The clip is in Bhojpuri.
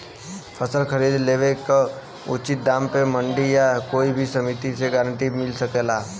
फसल खरीद लेवे क उचित दाम में मंडी या कोई समिति से गारंटी भी मिल सकेला?